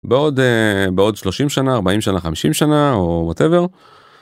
בעוד בעוד 30 שנה 40 שנה 50 שנה או whatever.